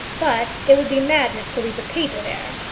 but it would be madness to leave the paper there!